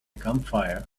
campfire